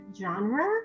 genre